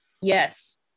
Yes